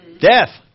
Death